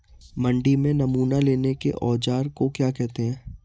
मंडी में नमूना लेने के औज़ार को क्या कहते हैं?